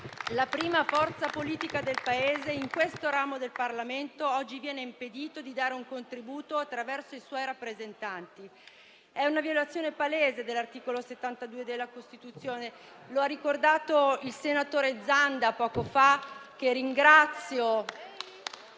la prima forza politica del Paese, in questo ramo del Parlamento oggi viene impedito di dare un contributo attraverso i suoi rappresentanti. È una violazione palese dell'articolo 72 della Costituzione, come ha ricordato poco fa il senatore Zanda, che ringrazio.